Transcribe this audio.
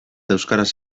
euskaraz